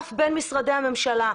שעף בין משרדי הממשלה,